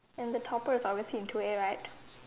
and the topper is obviously in two a right